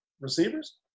receivers